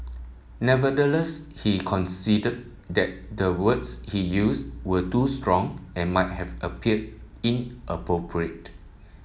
nevertheless he conceded that the words he used were too strong and might have appeared inappropriate